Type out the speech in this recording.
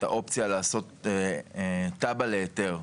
את האופציה לעשות תב"ע להיתר.